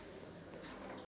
okay open describe